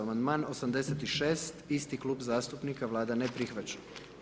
Amandman 86., isti kluba zastupnika, Vlada ne prihvaća.